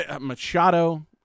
Machado